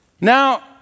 Now